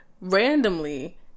randomly